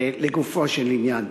לגופו של עניין,